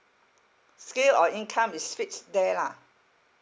scale of income is fixed there lah